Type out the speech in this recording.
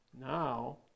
now